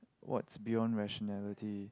what's beyond rationality